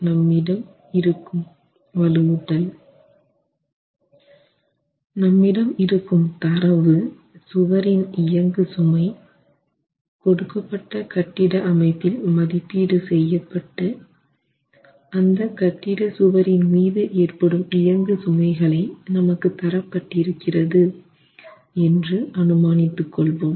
நம்மிடம் இருக்கும் தரவு சுவரின் இயங்கு சுமை கொடுக்கப்பட்ட கட்டிட அமைப்பில் மதிப்பீடு செய்யப்பட்டு அந்த கட்டிட சுவரின் மீது ஏற்படும் இயங்கு சுமைகளை நமக்கு தரப்பட்டிருக்கிறது என்று அனுமானித்து கொள்வோம்